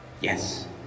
Yes